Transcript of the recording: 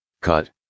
Cut